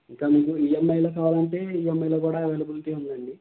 ఇంకా మీకు ఈఎంఐలో కావాలంటే ఈఎంఐలో కూడా అవైలబిలిటీ ఉందండి